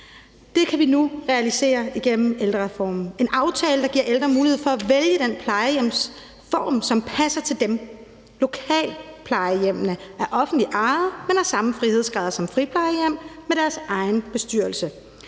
Det kan vi nu realisere igennem ældrereformen. Det er en aftale, der giver ældre mulighed for at vælge den plejehjemsform, som passer til dem. Lokalplejehjemmene er offentligt ejet, men har samme frihedsgrader som friplejehjem med deres egen bestyrelse.